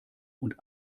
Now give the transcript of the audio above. und